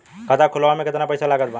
खाता खुलावे म केतना पईसा लागत बा?